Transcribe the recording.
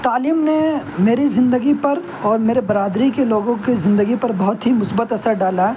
تعلیم نے میری زندگی پر اور میرے برادری کے لوگوں کے زندگی پر بہت ہی مثبت اثر ڈالا